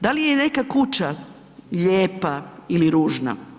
Da li je neka kuća lijepa ili ružna?